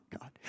God